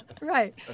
right